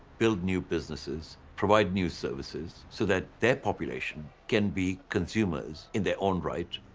build new businesses, provide new services so that their population can be consumers in their own right,